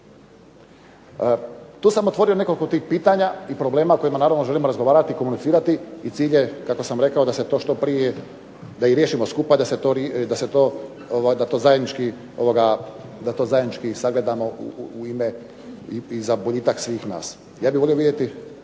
Tu sam otvorio nekoliko tih pitanja i problema o kojima naravno želimo razgovarati i cilj je kako sam rekao da se to što prije riješi, da to zajednički sagledamo za boljitak svih nas. Ja bih volio vidjeti